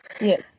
Yes